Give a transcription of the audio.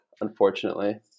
unfortunately